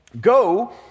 go